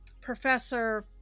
Professor